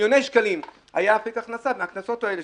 שמיליוני שקלים היה אפיק הכנסה מהקנסות האלה.